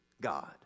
God